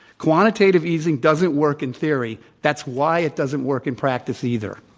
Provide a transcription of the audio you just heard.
quantitative easing doesn't work in theory. that's why it doesn't work in practice either.